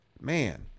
man